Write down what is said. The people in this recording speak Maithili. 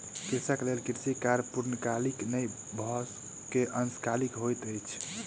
कृषक लेल कृषि कार्य पूर्णकालीक नै भअ के अंशकालिक होइत अछि